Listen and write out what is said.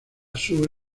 sur